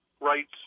rights